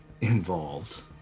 involved